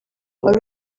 ari